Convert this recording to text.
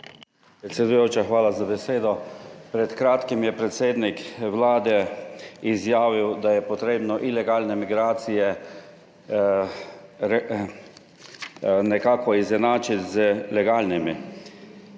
Predsedujoča, hvala za besedo. Pred kratkim je predsednik Vlade izjavil, da je potrebno ilegalne migracije nekako izenačiti z legalnimi.